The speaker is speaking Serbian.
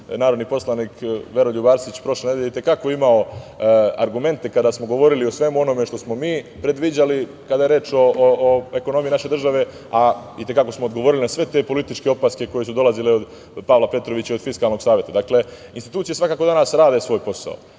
narodni poslanik Veroljub Arsić prošle nedelje je i te kako je imao argumente kada smo govorili o svemu onome što smo mi predviđali kada je reč o ekonomiji naše države, a i te kako smo odgovorili na sve te političke opaske koje su dolazile od Pavla Petrovića i od Fiskalnog saveta. Dakle, institucije svakako danas rade svoj posao.